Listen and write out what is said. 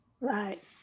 right